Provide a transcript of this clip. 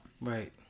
Right